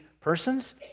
persons